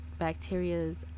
bacterias